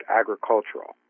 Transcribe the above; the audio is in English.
agricultural